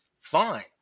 fine